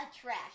trash